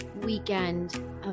weekend